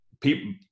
people